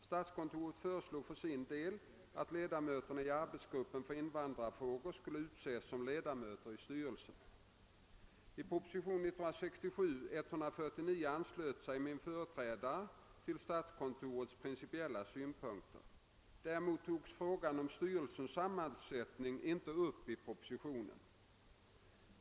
Statskontoret föreslog för sin del att ledamöterna i arbetsgruppen för invandrarfrågor skulle utses som ledamöter i styrelsen. I proposition 149 år 1967 anslöt sig min företrädare till statskontorets principiella synpunkter. Däremot togs frågan om styrelsens sammansättning ej upp i propositionen.